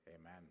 Amen